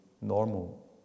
normal